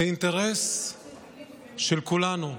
זה אינטרס של כולנו.